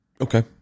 Okay